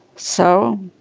so